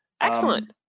excellent